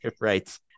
right